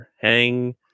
hang